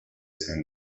san